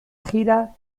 gira